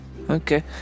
Okay